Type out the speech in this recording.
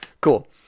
cool